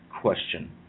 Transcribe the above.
question